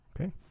Okay